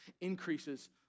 increases